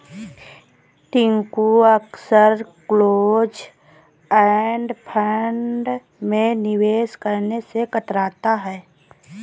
टिंकू अक्सर close end fund में निवेश करने से कतराता है